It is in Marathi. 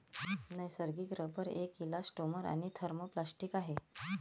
नैसर्गिक रबर एक इलॅस्टोमर आणि थर्मोप्लास्टिक आहे